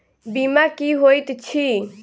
बीमा की होइत छी?